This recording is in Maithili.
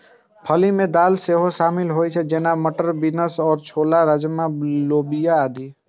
फली मे दालि सेहो शामिल होइ छै, जेना, मटर, बीन्स, छोला, राजमा, लोबिया आदि